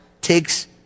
takes